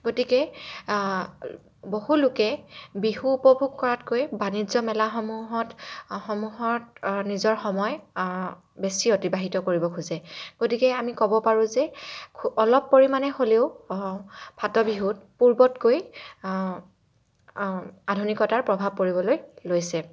গতিকে বহুলোকে বিহু উপভোগ কৰাতকৈ বাণিজ্য মেলাসমূহত সমূহত নিজৰ সময় বেছি অতিবাহিত কৰিব খোজে গতিকে আমি ক'ব পাৰোঁ যে খু অলপ পৰিমাণে হ'লেও ফাটবিহুত পূৰ্বতকৈ আধুনিকতাৰ প্ৰভাৱ পৰিবলৈ লৈছে